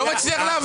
אני לא מצליח להבין.